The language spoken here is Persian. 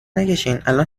نکشینالان